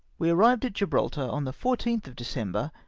we arrived at gibraltar on the fourteenth of december,